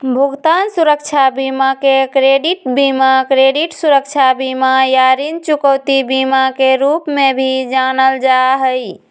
भुगतान सुरक्षा बीमा के क्रेडिट बीमा, क्रेडिट सुरक्षा बीमा, या ऋण चुकौती बीमा के रूप में भी जानल जा हई